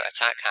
attack